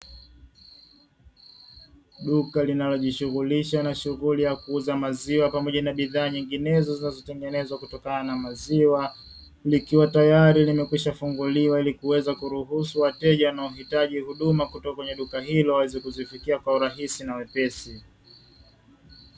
Duka linalojishughulisha na shughuli ya kuuza maziwa pamoja na bidhaa nyinginezo zinazotengenezwa kutokana na maziwa, likiwa tayari limekwisha funguliwa ili kuweza kuruhusu wateja wanahitaji huduma kutoka kwenye duka hilo waweze kuzifikia kwa urahisi na wepesi.